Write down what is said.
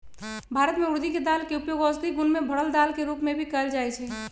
भारत में उर्दी के दाल के उपयोग औषधि गुण से भरल दाल के रूप में भी कएल जाई छई